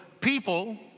people